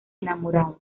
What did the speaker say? enamorados